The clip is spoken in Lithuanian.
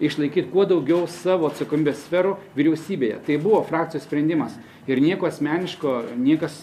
išlaikyt kuo daugiau savo atsakomybės sferų vyriausybėje tai buvo frakcijos sprendimas ir nieko asmeniško niekas